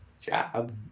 Job